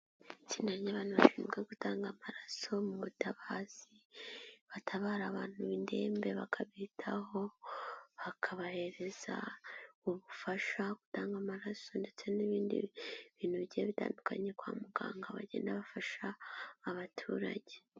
Itsinda ry'abantushinzwe gutanga amaraso mu butabazi, batabara abantu b'indembe bakabitaho, bakabahereza ubufasha, gutanga amaraso ndetse n'ibindi bintu bigiye bitandukanye kwa muganga bagenda bafasha abaturage.